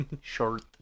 Short